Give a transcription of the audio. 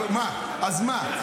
אז מה?